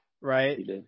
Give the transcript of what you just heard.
right